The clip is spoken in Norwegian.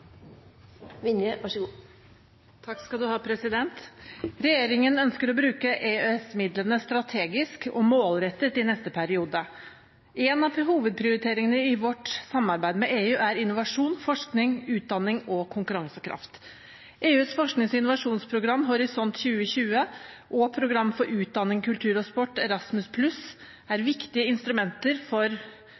ønsker å bruke EØS-midlene strategisk og målrettet i neste periode. En av hovedprioriteringene i vårt samarbeid med EU er innovasjon, forskning, utdanning og konkurransekraft. EUs forsknings- og innovasjonsprogram, Horisont 2020, og EUs program for utdanning, kultur og sport, Erasmus+, er viktige instrumenter for